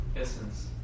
essence